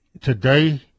today